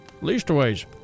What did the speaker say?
Leastways